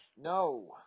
No